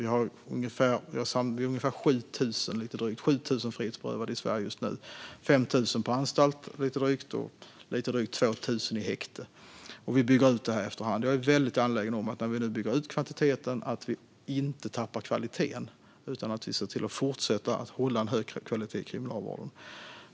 Vi har drygt 7 000 frihetsberövade i Sverige just nu, lite drygt 5 000 på anstalt och lite drygt 2 000 i häkte. Jag är väldigt angelägen om att när vi nu bygger ut kvantiteten inte tappar kvaliteten, utan att vi ser till att fortsätta hålla en hög kvalitet i kriminalvården.